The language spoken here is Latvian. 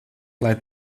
lai